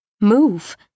move